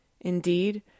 Indeed